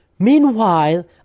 Meanwhile